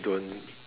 don't